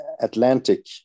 Atlantic